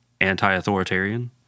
anti-authoritarian